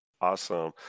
Awesome